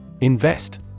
Invest